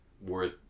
worth